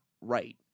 right